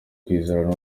kwizera